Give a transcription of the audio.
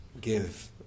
Give